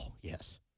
yes